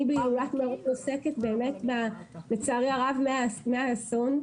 אני בהילולת מירון עוסקת, לצערי הרב, מהאסון.